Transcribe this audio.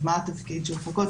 מה התפקיד של חוקות,